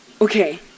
okay